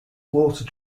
water